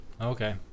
Okay